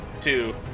two